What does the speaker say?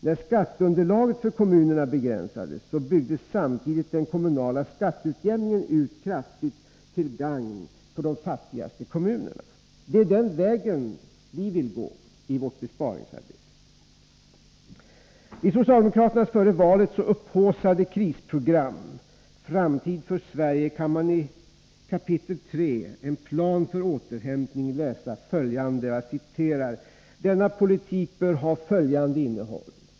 När skatteunderlaget för kommunerna begränsades, byggdes samtidigt den kommunala skatteutjämningen ut kraftigt till gagn för de fattigaste kommunerna. Det är den vägen vi vill gå i vårt besparingsarbete. I socialdemokraternas före valet så upphaussade krisprogram Framtid för Sverige Kan man i kap. 3 — En plan för återhämtning — läsa följande: ”Denna politik bör ha följande innehåll: 1.